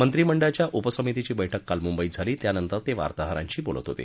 मंत्रिमंडळाच्या उपसमितीची बैठक काल मुंबईत झाली त्यानंतर ते वार्ताहरांशी बोलत होते